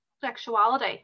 sexuality